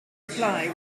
reply